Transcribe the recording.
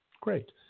Great